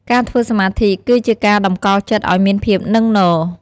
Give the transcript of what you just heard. ការធ្វើសមាធិ គឺជាការតម្កល់ចិត្តឲ្យមានភាពនឹងនរ។